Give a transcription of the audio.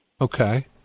Okay